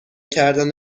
کردن